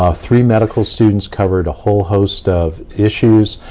ah three medical students covered a whole host of issues,